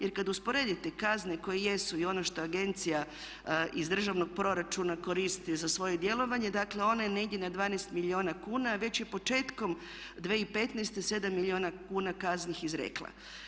Jer kad usporedite kazne koje jesu i ono što agencija iz državnog proračuna koristi za svoje djelovanje dakle ona je negdje na 12 milijuna kuna, a već je početkom 2015. 7 milijuna kuna kazni izrekla.